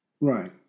Right